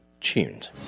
tuned